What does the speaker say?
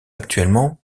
actuellement